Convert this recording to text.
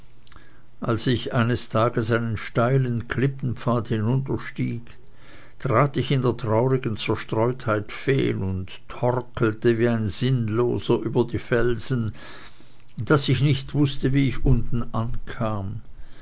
als ich eines abends einen steilen klippenpfad hinunterstieg trat ich in der traurigen zerstreutheit fehl und torkelte wie ein sinnloser über die felsen daß ich nicht wußte wie ich unten ankam